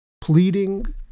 pleading